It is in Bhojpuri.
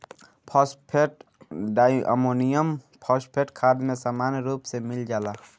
फॉस्फेट डाईअमोनियम फॉस्फेट खाद में सामान्य रूप से मिल जाला